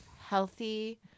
Healthy